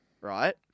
Right